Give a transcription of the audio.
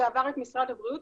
זה עבר את משרד הבריאות,